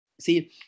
See